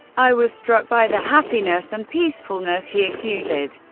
i was struck by the happiness and peacefulness he exuded.